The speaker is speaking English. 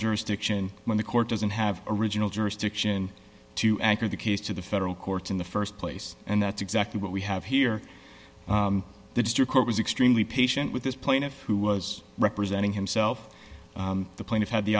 jurisdiction when the court doesn't have original jurisdiction to anchor the case to the federal courts in the st place and that's exactly what we have here the district court was extremely patient with this plaintiff who was representing himself the plaintiff had the